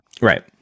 Right